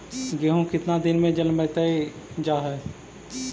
गेहूं केतना दिन में जलमतइ जा है?